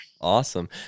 Awesome